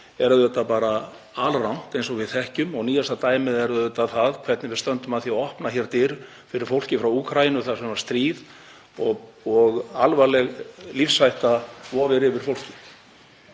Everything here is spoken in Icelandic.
auðvitað bara alrangt eins og við þekkjum. Nýjasta dæmið er auðvitað það hvernig við stöndum að því að opna hér dyr fyrir fólki frá Úkraínu þar sem er stríð og alvarleg lífshætta vofir yfir fólki.